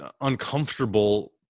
uncomfortable